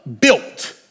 built